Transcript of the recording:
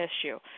issue